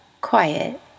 quiet